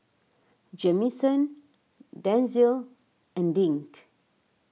Jamison Denzil and Dink